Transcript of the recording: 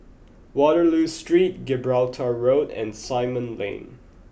Waterloo Street Gibraltar Road and Simon Lane